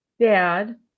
dad